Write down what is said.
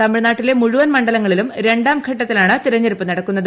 തമിഴ്നാടിലെ മുഴുവൻ മണ്ഡലങ്ങളിലും രണ്ടാംഘട്ടത്തിലാണ് തിരഞ്ഞെടുപ്പ് നടക്കുന്നത്